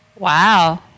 Wow